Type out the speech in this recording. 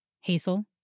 Hazel